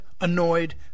annoyed